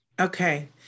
Okay